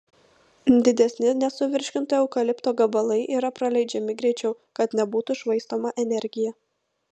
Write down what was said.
didesni nesuvirškinto eukalipto gabalai yra praleidžiami greičiau kad nebūtų švaistoma energija